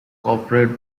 cooperate